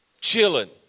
chilling